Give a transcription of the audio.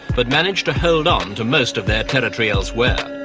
but managed to hold on to most of their territory elsewhere.